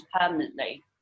permanently